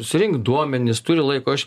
surinkt duomenis turi laiko aš